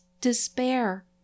despair